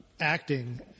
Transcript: acting